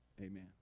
amen